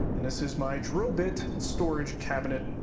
and this is my drill bit storage cabinet,